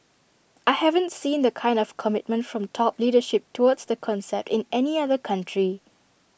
I haven't seen the kind of commitment from top leadership towards the concept in any other country